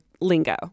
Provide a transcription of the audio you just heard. lingo